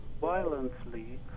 violently